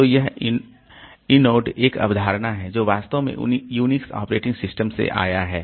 तो यह इनोड एक अवधारणा है जो वास्तव में यूनिक्स ऑपरेटिंग सिस्टम से आया है